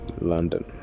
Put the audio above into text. London